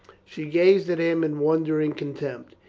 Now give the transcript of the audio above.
she gazed at him in won dering contempt.